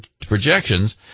projections